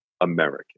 American